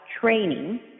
training